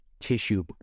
tissue